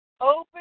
open